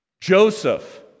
Joseph